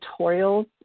tutorials